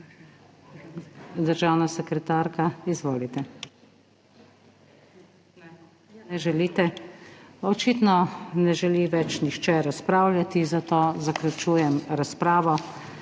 Državna sekretarka. Izvolite. Ne želite? Očitno ne želi nihče več razpravljati, zato zaključujem razpravo.